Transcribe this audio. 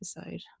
episode